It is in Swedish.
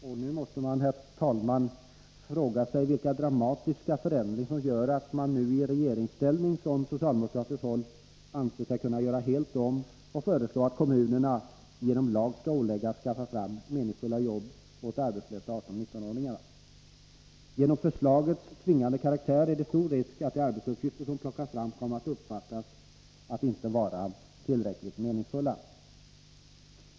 Man måste, herr talman, fråga sig vilka dramatiska förändringar det är som gör att man från socialdemokratiskt håll nu i regeringsställning anser sig kunna göra helt om och föreslå att kommunerna genom lag skall åläggas att skaffa fram meningsfulla jobb åt de arbetslösa 18-19-åringarna. Genom förslagets tvingande karaktär är det stor risk att de arbetsuppgifter som kan plockas fram kommer att uppfattas som inte tillräckligt meningsfulla.